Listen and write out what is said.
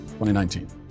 2019